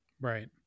Right